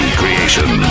creation